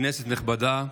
כנסת נכבדה,